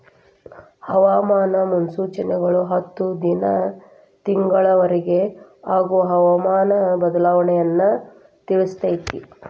ಹವಾಮಾನ ಮುನ್ಸೂಚನೆಗಳು ಹತ್ತು ದಿನಾ ತಿಂಗಳ ವರಿಗೆ ಆಗುವ ಹವಾಮಾನ ಬದಲಾವಣೆಯನ್ನಾ ತಿಳ್ಸಿತೈತಿ